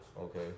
Okay